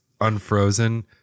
unfrozen